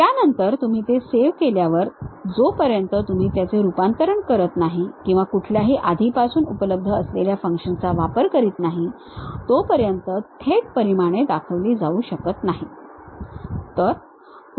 त्यानंतर तुम्ही ते सेव्ह केल्यावर जोपर्यंत तुम्ही त्याचे रूपांतरण करत नाही किंवा कुठल्याही आधीपासून उपलब्ध असलेल्या फंक्शन चा वापर करीत नाही तोपर्यंत थेट परिमाणे दाखवली जाऊ शकत नाहीत